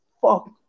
Fuck